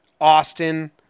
Austin